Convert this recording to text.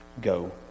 go